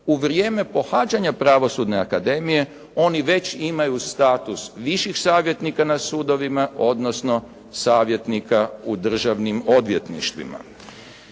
U vrijeme pohađanja Pravosudne akademije oni već imaju status viših savjetnika na sudovima, odnosno savjetnika u državnim odvjetništvima.